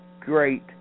great